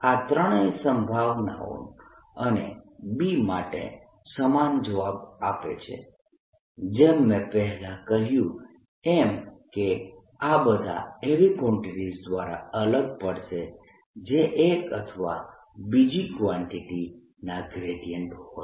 આ ત્રણેય સંભાવનાઓ મને B માટે સમાન જવાબ આપે છે જેમ મેં પહેલા કહ્યું એમ કે આ બધા એવી કવાન્ટીટીઝ દ્વારા અલગ પડશે જે એક અથવા બીજી કવાન્ટીટીના ગ્રેડીયન્ટ હોય